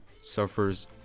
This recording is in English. suffers